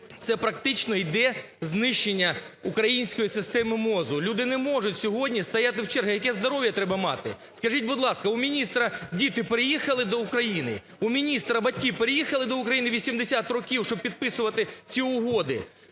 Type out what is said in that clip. Це, практично, йде знищення української системи МОЗу. Люди не можуть сьогодні стояти в черзі. Яке здоров'я треба мати! Скажіть, будь ласка, у міністра діти переїхали до України? У міністра батьки переїхали до України 80-и років, щоб підписувати ці угоди?